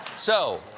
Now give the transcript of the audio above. so